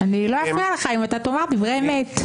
אני לא אפריע לך אם תאמר דברי אמת.